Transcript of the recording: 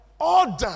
order